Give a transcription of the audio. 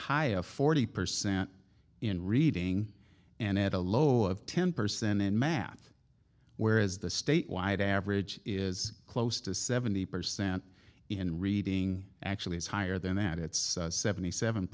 high of forty percent in reading and at a low of ten percent in math where is the statewide average is close to seventy percent in reading actually is higher than that it's seventy seven